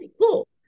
Cool